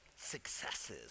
successes